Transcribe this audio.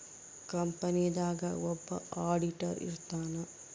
company ದಾಗ ಒಬ್ಬ auditor ಇರ್ತಾನ